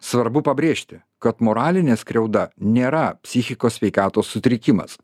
svarbu pabrėžti kad moralinė skriauda nėra psichikos sveikatos sutrikimas